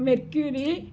mercury